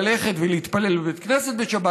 ללכת ולהתפלל בבית כנסת בשבת,